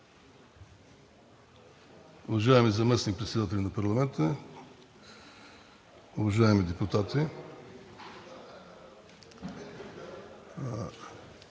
уважаеми заместник-председатели на парламента, уважаеми депутати!